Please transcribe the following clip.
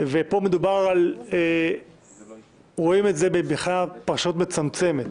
ופה רואים את זה כפרשנות מצמצמת